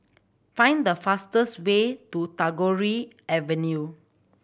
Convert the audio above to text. find the fastest way to Tagore Avenue